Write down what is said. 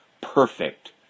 perfect